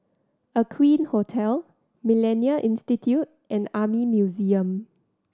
Aqueen Hotel Millennia Institute and Army Museum